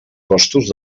costos